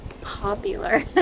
popular